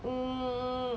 um